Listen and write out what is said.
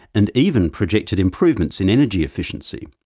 and even projected improvements in energy efficiency.